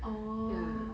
orh